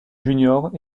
junior